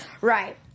Right